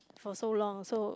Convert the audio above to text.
for so long so